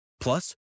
Plus